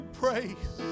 praise